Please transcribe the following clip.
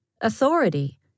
Authority